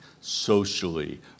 socially